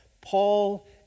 Paul